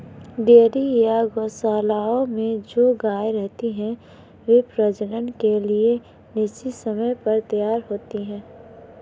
dairy या गोशालाओं में जो गायें रहती हैं, वे प्रजनन के लिए निश्चित समय पर तैयार होती हैं